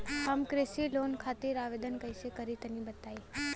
हम कृषि लोन खातिर आवेदन कइसे करि तनि बताई?